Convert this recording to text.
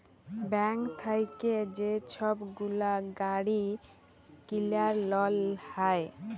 bank থ্যাইকে যে ছব গুলা গাড়ি কিলার লল হ্যয়